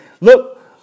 look